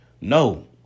No